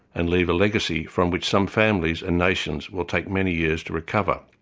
and leave a legacy from which some families and nations will take many years to recover.